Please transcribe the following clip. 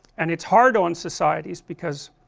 and it is hard on societies, because,